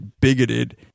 bigoted